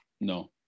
no